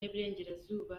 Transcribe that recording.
y’iburengerazuba